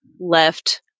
left